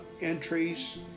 entries